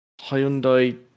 Hyundai